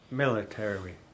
military